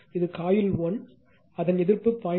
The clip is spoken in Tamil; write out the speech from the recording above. இது coiL1 அதன் எதிர்ப்பு 0